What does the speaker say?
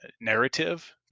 narrative